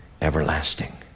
everlasting